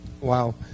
Wow